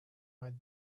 might